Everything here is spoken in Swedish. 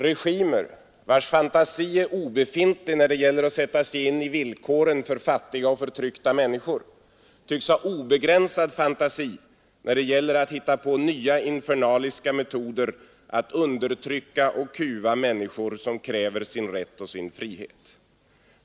Regimer, vars fantasi är obefintlig när det gäller att sätta sig in i villkoren för fattiga och förtryckta människor tycks ha obegränsad fantasi när det gäller att hitta på nya, infernaliska metoder att undertrycka och kuva människor som kräver sin rätt och sin frihet.